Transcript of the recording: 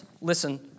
listen